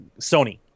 Sony